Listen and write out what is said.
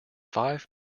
five